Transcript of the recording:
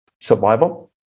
survival